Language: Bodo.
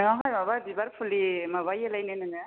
नोंनावहाय माबा बिबार फुलि माबायोलायनो नोङो